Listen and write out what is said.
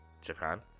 Japan